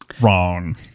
Wrong